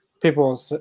people